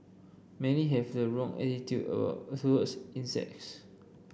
many have the wrong attitude towards insects